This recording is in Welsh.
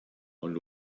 ond